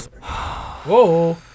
whoa